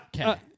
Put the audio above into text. Okay